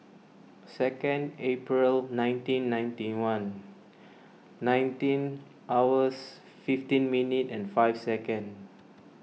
second April nineteen ninety one nineteen hours fifteen minute and five second